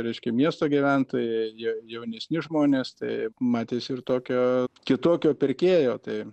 reiškia miesto gyventojai jie jaunesni žmonės tai matėsi ir tokio kitokio pirkėjo tai